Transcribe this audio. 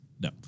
No